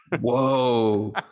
Whoa